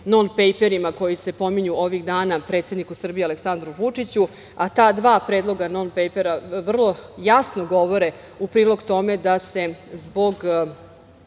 "non pejperima" koji se pominju ovih dana predsedniku Srbije Aleksandru Vučiću, a ta dva predloga "non pejpera" vrlo jasno govore u prilog tome da se zbog